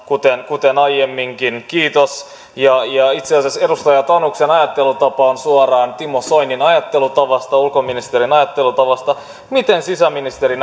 kuten kuten aiemminkin kiitos itse asiassa edustaja tanuksen ajattelutapa on suoraan timo soinin ajattelutavasta ulkoministerin ajattelutavasta miten sisäministeri